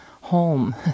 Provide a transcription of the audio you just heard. home